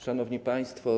Szanowni Państwo!